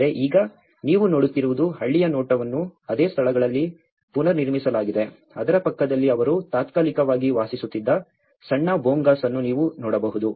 ಆದರೆ ಈಗ ನೀವು ನೋಡುತ್ತಿರುವುದು ಹಳ್ಳಿಯ ನೋಟವನ್ನು ಅದೇ ಸ್ಥಳಗಳಲ್ಲಿ ಪುನರ್ನಿರ್ಮಿಸಲಾಗಿದೆ ಅದರ ಪಕ್ಕದಲ್ಲಿ ಅವರು ತಾತ್ಕಾಲಿಕವಾಗಿ ವಾಸಿಸುತ್ತಿದ್ದ ಸಣ್ಣ ಭೋಂಗಾಸ್ ಅನ್ನು ನೀವು ನೋಡಬಹುದು